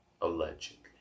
Allegedly